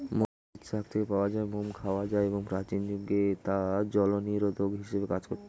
মৌমাছির চাক থেকে পাওয়া মোম খাওয়া যায় এবং প্রাচীন যুগে তা জলনিরোধক হিসেবে কাজ করত